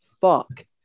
fuck